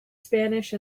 spanish